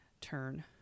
turn